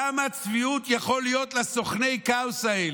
כמה צביעות יכולה להיות לסוכני הכאוס האלה?